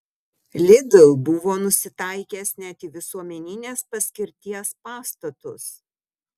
lidl buvo nusitaikęs net į visuomeninės paskirties pastatus